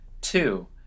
two